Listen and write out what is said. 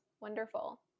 wonderful